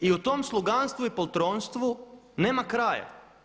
I u tom sluganstvu i poltronstvu nema kraja.